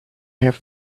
have